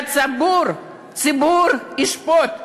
והציבור, הציבור ישפוט.